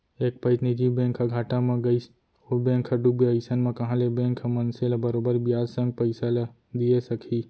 एक पइत निजी बैंक ह घाटा म गइस ओ बेंक ह डूबगे अइसन म कहॉं ले बेंक ह मनसे ल बरोबर बियाज संग पइसा ल दिये सकही